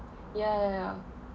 ya ya ya